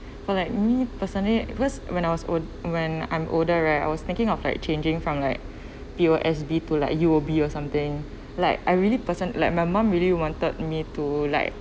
for like me personally because when I was old when I'm older right I was thinking of like changing from like P_O_S_B to like U_O_B or something like I really person~ like my mum really wanted me to like